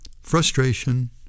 frustration